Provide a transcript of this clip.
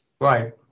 Right